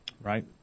right